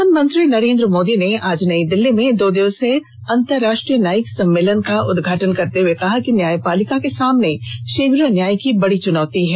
प्रधानमंत्री नरेंद्र मोदी ने आज नई दिल्ली में दो दिवसीय अंतरराष्ट्रीय न्यायिक सम्मेलन का उद्घाटन करते हुए कहा कि न्यायपालिका के सामने शीघ न्याय की बड़ी चुनौती है